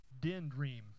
Dendream